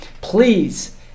Please